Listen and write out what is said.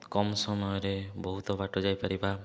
କମ୍ ସମୟରେ ବହୁତ ବାଟ ଯାଇପାରିବା